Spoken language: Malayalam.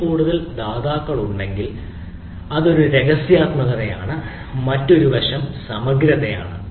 ഒന്നിൽ കൂടുതൽ ദാതാക്കളുണ്ടെങ്കിൽ അത് ഒരു രഹസ്യാത്മകതയാണ് മറ്റൊരു വശം സമഗ്രതയാണ്